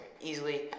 Easily